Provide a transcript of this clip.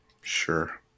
Sure